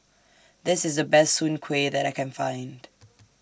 This IS The Best Soon Kway that I Can Find